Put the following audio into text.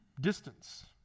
distance